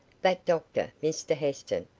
that doctor, mr heston.